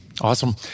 Awesome